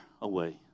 away